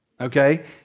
Okay